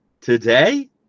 today